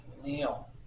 Kneel